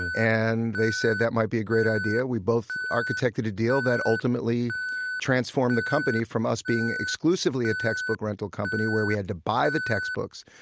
and and they said that might be a great idea. we both architected the deal that ultimately transformed the company from us being exclusively a textbook rental company where we had to buy the textbooks.